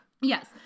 Yes